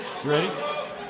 Ready